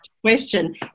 question